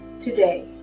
today